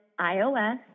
ios